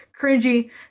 cringy